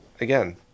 again